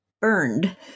burned